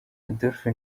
adolphe